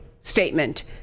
statement